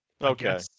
okay